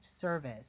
service